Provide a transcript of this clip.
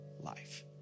life